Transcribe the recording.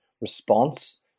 response